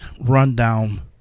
rundown